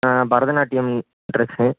ஆ Bharatanatyam dress